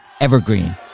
evergreen